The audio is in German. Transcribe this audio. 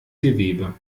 gewebe